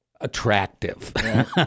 attractive